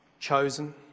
Chosen